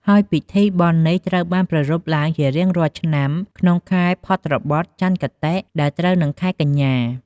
ហើយពិធីបុណ្យនេះត្រូវបានប្រារព្ធឡើងជារៀងរាល់ឆ្នាំក្នុងខែភទ្របទ ចន្ទគតិ ដែលត្រូវនឹងខែកញ្ញា។